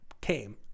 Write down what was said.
came